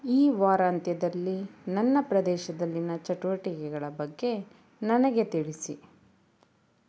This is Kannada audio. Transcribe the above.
ಈ ವಾರಾಂತ್ಯದಲ್ಲಿ ನನ್ನ ಪ್ರದೇಶದಲ್ಲಿನ ಚಟುವಟಿಕೆಗಳ ಬಗ್ಗೆ ನನಗೆ ತಿಳಿಸಿ